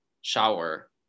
shower